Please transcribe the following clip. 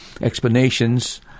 explanations